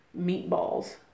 meatballs